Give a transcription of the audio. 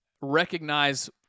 recognize